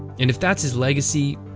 and if that's his legacy,